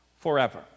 forever